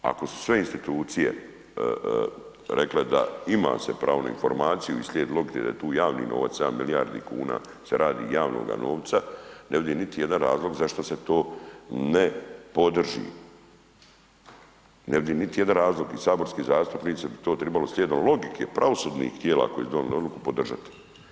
Ako su sve institucije rekle da ima se pravo na informaciju i slijed logike da je tu javni novac, 7 milijardi kuna se radi javnoga novca, ne vidim niti jedan razlog zašto se to ne podrži, ne vidim niti jedan razlog i saborski zastupnici bi to tribali slijedom logike pravosudnih tijela koji su donijeli odluku, podržat.